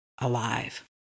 alive